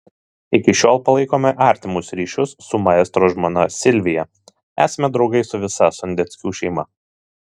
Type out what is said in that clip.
iki šiol palaikome artimus ryšius su maestro žmona silvija esame draugai su visa sondeckių šeima